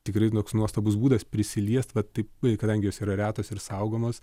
tikrai toks nuostabus būdas prisiliest va taip kadangi jos yra retos ir saugomos